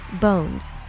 bones